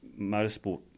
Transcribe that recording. motorsport